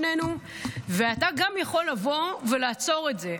אתה יכול לבוא ולעצור את זה.